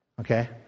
okay